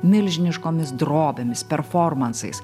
milžiniškomis drobėmis performansais